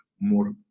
more